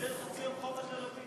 דוד,